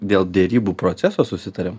dėl derybų proceso susitariam